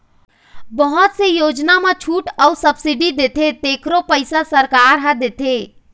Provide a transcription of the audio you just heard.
बहुत से योजना म छूट अउ सब्सिडी देथे तेखरो पइसा सरकार ह देथे